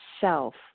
self